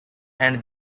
and